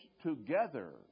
Together